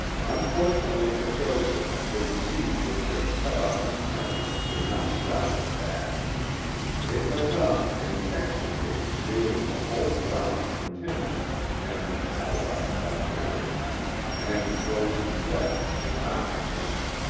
unfortunately for joseph the disease which had cut off his parents did not stop at that it went on and extirpated nearly the whole brownon contingent and its allies by marriage and those who fled did not return.